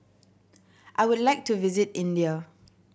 I would like to visit India